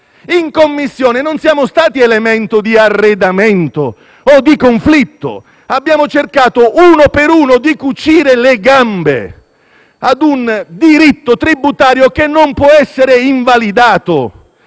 In Commissione non siamo stati elementi di arredamento o di conflitto: abbiamo cercato, uno per uno, di cucire le gambe a un diritto tributario che non può essere invalidato.